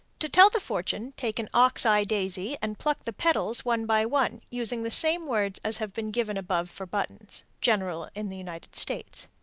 to tell the fortune, take an ox-eye daisy, and pluck the petals one by one, using the same words as have been given above for buttons. general in the united states.